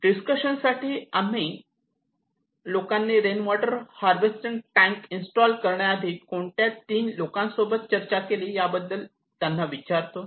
discussion साठी लोकांनी rain water harvesting tank install करण्याआधी कोणत्या तीन लोकांसोबत चर्चा केली याबद्दल आम्ही त्यांना विचारतो